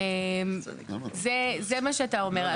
זה מה שאתה אומר.